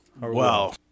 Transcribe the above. Wow